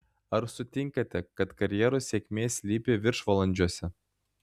ar sutinkate kad karjeros sėkmė slypi viršvalandžiuose